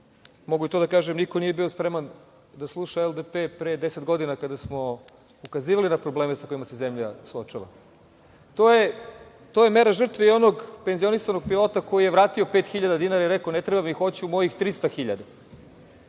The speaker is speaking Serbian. mogu i to da kažem, niko nije bio spreman da sluša LDP pre deset godina kada smo ukazivali na probleme sa kojima se zemlja suočava. To je mera žrtve i onog penzionisanog pilota koji je vratio 5.000 dinara i rekao – ne treba mi, hoću mojih 300.000.